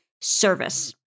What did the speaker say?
service